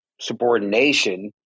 subordination